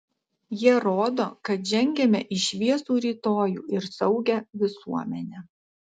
jie rodo kad žengiame į šviesų rytojų ir saugią visuomenę